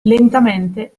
lentamente